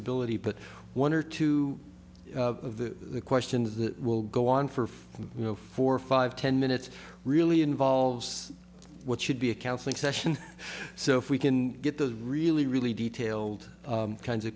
ability but one or two of the questions that will go on for you know four five ten minutes really involves what should be a counseling session so if we can get those really really detailed kinds of